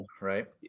right